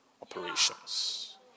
operations